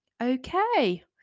Okay